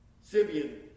Simeon